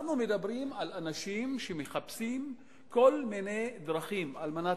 אנחנו מדברים על אנשים שמחפשים כל מיני דרכים על מנת